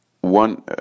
One